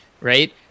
right